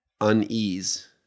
unease